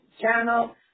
channel